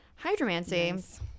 Hydromancy